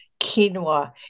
quinoa